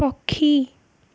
ପକ୍ଷୀ